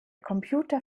computer